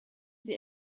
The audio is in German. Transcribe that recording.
sie